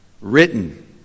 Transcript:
written